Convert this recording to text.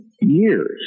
years